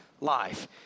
life